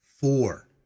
Four